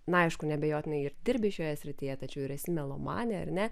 na aišku neabejotinai ir dirbi šioje srityje tačiau ir esi melomanė ar ne